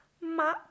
ma